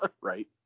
right